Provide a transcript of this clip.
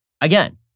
Again